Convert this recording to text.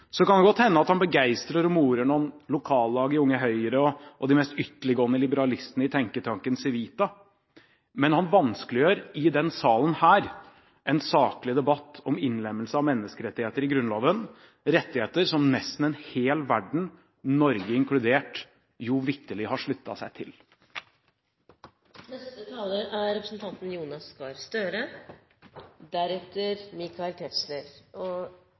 kan det godt hende at han begeistrer og morer noen lokallag i Unge Høyre og de mest ytterliggående liberalistene i tenketanken Civita, men han vanskeliggjør i denne salen en saklig debatt om innlemmelse av menneskerettigheter i Grunnloven, rettigheter som nesten en hel verden – Norge inkludert – jo vitterlig har sluttet seg